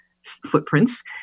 footprints